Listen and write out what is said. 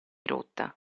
rotta